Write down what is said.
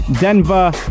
Denver